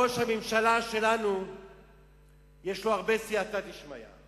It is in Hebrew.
ראש הממשלה שלנו יש לו הרבה סייעתא דשמיא,